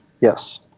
Yes